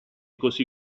così